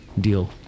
deal